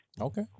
Okay